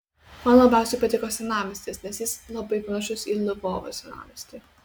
man labiausiai patiko senamiestis nes jis labai panašus į lvovo senamiestį